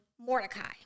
Mordecai